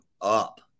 up